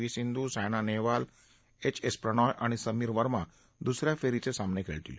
V Sindhu Saina Nehwal H S Prannoy आणि समीर वर्मा दुसऱ्या फेरीचे सामने खेळतील